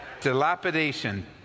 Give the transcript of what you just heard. Dilapidation